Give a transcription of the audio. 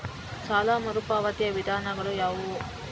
ಸಾಲ ಮರುಪಾವತಿಯ ವಿಧಾನಗಳು ಯಾವುವು?